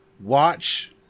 watch